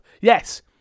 Yes